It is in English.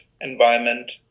environment